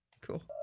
cool